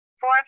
Four